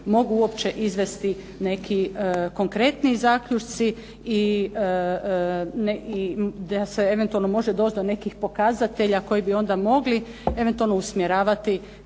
mogu uopće izvesti neki konkretniji zaključci i da se eventualno može doći do nekih pokazatelja koji bi onda mogli eventualno usmjeravati